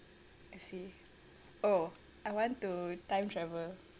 I see oh I want to time travel